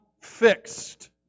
fixed